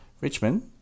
Richmond